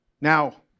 Now